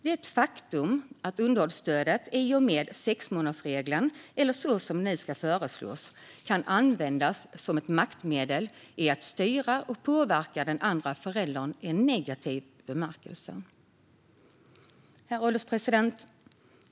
Det är ett faktum att underhållsstödet i och med sexmånadersregeln, eller så som det nu föreslås, kan användas som ett maktmedel för att styra och påverka den andra föräldern i negativ bemärkelse. Herr ålderspresident!